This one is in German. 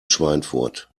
schweinfurt